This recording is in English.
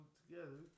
together